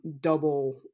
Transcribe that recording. double